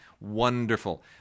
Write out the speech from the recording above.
wonderful